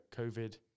COVID